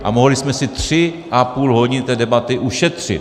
A mohli jsme si tři a půl hodiny té debaty ušetřit.